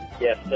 Yes